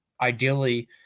ideally